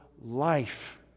life